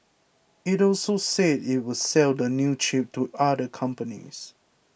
it also said it would sell the new chip to other companies